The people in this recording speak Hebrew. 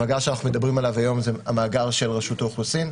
המאגר שאנחנו מדברים עליו היום זה המאגר של רשות האוכלוסין.